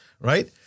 right